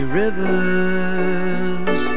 rivers